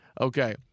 Okay